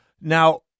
Now